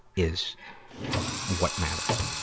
is what matters.